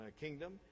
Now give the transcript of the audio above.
kingdom